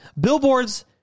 Billboard's